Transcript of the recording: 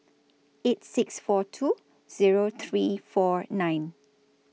eight six four two Zero three four nine